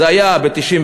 זה היה ב-1996.